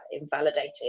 invalidated